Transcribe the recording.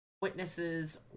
witnesses